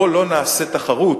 בוא לא נעשה תחרות